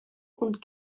und